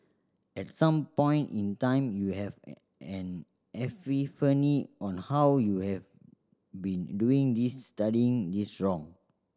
at some point in time you have an an epiphany on how you have been doing this studying this wrong